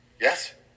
Yes